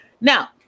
Now